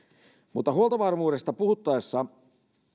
huoltovarmuudesta puhuttaessa